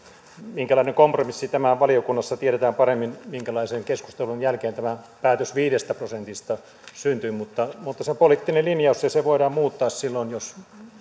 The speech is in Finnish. minkälainen kompromissi tämä on valiokunnassa tiedetään paremmin minkälaisen keskustelun jälkeen tämä päätös viidestä prosentista syntyi mutta se on poliittinen linjaus ja se voidaan muuttaa silloin jos